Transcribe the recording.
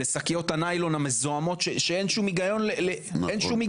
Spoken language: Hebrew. לשקיות הניילון המזהמות, שאין שום היגיון בהן?